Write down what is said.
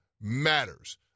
matters